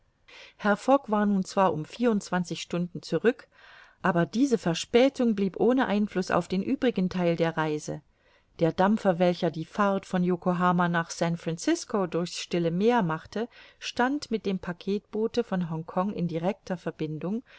herr fogg war nun zwar um vierundzwanzig stunden zurück aber diese verspätung blieb ohne einfluß auf den übrigen theil der reise der dampfer welcher die fahrt von yokohama nach san francisco durch's stille meer machte stand mit dem packetboote von hongkong in directer verbindung